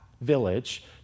village